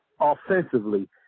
offensively